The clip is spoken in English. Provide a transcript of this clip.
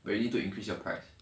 but you need to increase your price